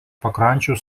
pakrančių